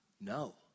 No